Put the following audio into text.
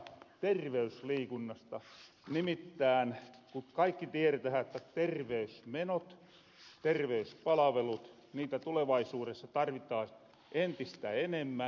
nimittään ku kaikki tieretähän että terveysmenot terveyspalavelut niitä tulevaisuudessa tarvitaan entistä enemmän